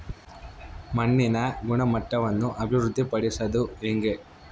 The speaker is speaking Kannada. ಮಣ್ಣಿನ ಗುಣಮಟ್ಟವನ್ನು ಅಭಿವೃದ್ಧಿ ಪಡಿಸದು ಹೆಂಗೆ?